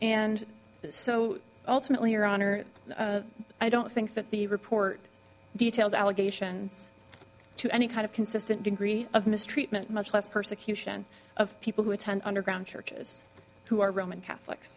and so ultimately your honor i don't think that the report details allegations to any kind of consistent degree of mistreatment much less persecution of people who attend underground churches who are roman catholic